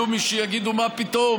יהיו מי שיגידו: מה פתאום,